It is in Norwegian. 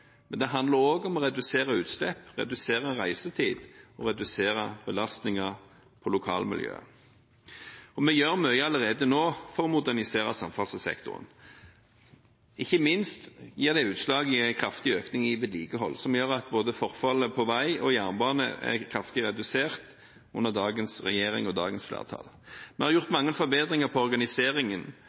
men det handler også om å redusere utslippene, redusere reisetiden og redusere belastningen på lokalmiljøet. Vi gjør mye allerede nå for å modernisere samferdselssektoren. Ikke minst gir det seg utslag i en kraftig økning i vedlikehold, som gjør at forfallet på både vei og jernbane er kraftig redusert under dagens regjering og dagens flertall. Vi har gjort mange forbedringer i organiseringen